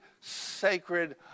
sacred